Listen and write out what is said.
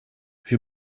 wir